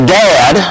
dad